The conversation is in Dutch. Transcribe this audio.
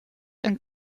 een